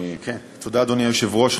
אדוני היושב-ראש,